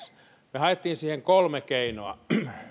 haimme siihen kolme keinoa